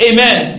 Amen